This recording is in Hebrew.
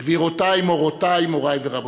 גבירותי, מורותי, מורי ורבותי,